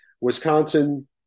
Wisconsin